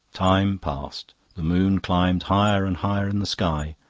time passed the moon climbed higher and higher in the sky.